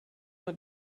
nur